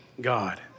God